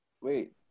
wait